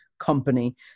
company